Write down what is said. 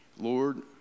Lord